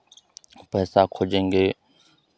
पैसा खोजेंगे